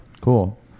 Cool